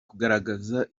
kugaragaza